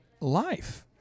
life